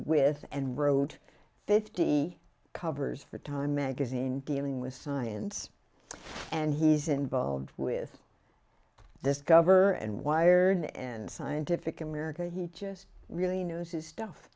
with and wrote fifty covers for time magazine dealing with science and he's involved with this cover and wired and scientific america he just really knows his stuff